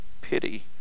pity